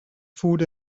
food